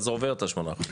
ואז זה עובר את השמונה אחוז.